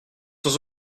sans